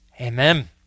Amen